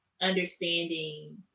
understanding